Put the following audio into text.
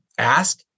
Ask